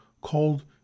called